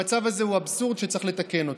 המצב הזה הוא אבסורד שצריך לתקן אותו.